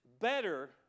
better